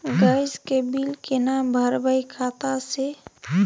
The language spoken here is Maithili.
गैस के बिल केना भरबै खाता से?